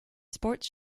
sports